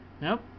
Nope